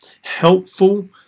helpful